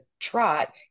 trot